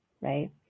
right